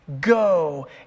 Go